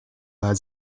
weil